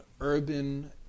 urban